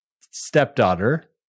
stepdaughter